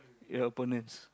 your opponents